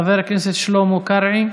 חבר הכנסת שלמה קרעי,